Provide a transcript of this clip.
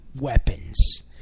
weapons